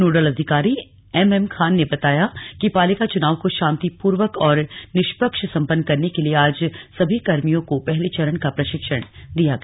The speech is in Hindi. नोडल अधिकारी एम एम खान ने बताया कि पालिका चुनाव को शांतिपूर्वक और निष्पक्ष संपन्न करने के लिए आज सभी कर्मियों को पहले चरण का प्रशिक्षण दिया गया